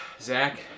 zach